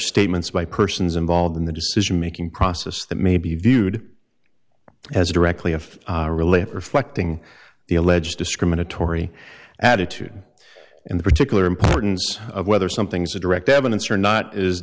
statements by persons involved in the decision making process that may be viewed as directly if relate reflecting the alleged discriminatory attitude and the particular importance of whether something's a direct evidence or not is